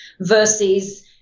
versus